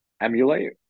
emulate